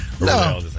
No